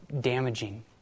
damaging